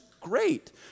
great